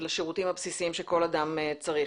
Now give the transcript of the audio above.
ולשירותים הבסיסיים שכל אדם צריך.